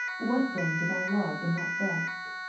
what then did i love in that theft?